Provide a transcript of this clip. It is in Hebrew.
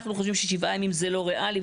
אנחנו חושבים ש-7 ימים זה לא ריאלי,